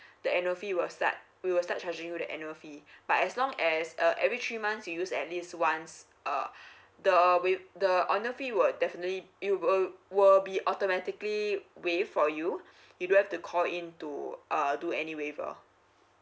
the annual fee will start we will start charging you the annual fee but as long as uh every three months you use at least once uh the will the annual fee will definitely it will will be automatically waive for you you don't have to call in to uh do any waiver